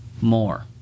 more